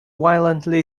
violently